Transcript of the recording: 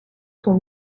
sont